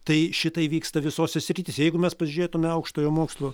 tai šitai vyksta visose srityse jeigu mes pažiūrėtume aukštojo mokslo